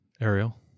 Ariel